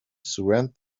surrender